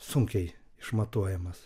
sunkiai išmatuojamas